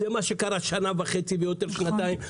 זה מה שקרה שנה וחצי-שנתיים ויותר.